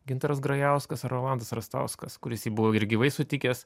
gintaras grajauskas ar rolandas rastauskas kuris buvo jį ir gyvai sutikęs